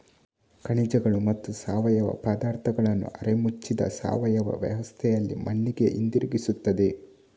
ಖನಿಜಗಳು ಮತ್ತು ಸಾವಯವ ಪದಾರ್ಥಗಳನ್ನು ಅರೆ ಮುಚ್ಚಿದ ಸಾವಯವ ವ್ಯವಸ್ಥೆಯಲ್ಲಿ ಮಣ್ಣಿಗೆ ಹಿಂತಿರುಗಿಸುತ್ತದೆ